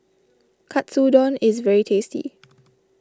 Katsudon is very tasty